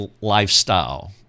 lifestyle